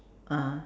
ah